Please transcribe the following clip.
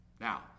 Now